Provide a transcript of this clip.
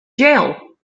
jail